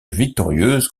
victorieuse